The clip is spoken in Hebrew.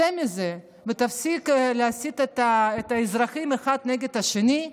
צא מזה ותפסיק להסית את האזרחים אחד נגד השני.